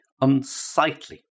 unsightly